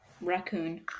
Raccoon